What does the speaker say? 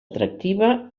atractiva